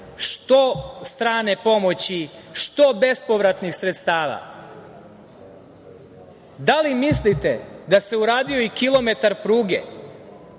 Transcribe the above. što strane pomoći, što bespovratnih sredstava. Da li mislite da se uradio i kilometar pruge,